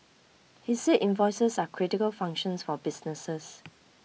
he said invoices are critical functions for businesses